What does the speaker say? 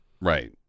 Right